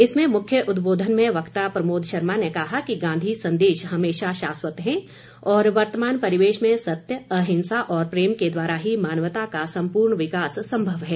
इसमें मुख्य उद्बोधन में वक्ता प्रमोद शर्मा ने कहा कि गांधी संदेश हमेशा शाश्वत हैं और वर्तमान परिवेश में सत्य अहिंसा और प्रेम के द्वारा ही मानवता का संपूर्ण विकास संभव है